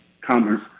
Commerce